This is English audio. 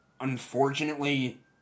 unfortunately